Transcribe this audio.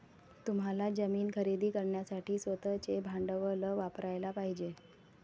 तुम्हाला जमीन खरेदी करण्यासाठी स्वतःचे भांडवल वापरयाला पाहिजे